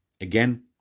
Again